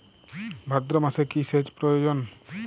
ভাদ্রমাসে কি সেচ প্রয়োজন?